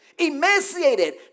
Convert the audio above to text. emaciated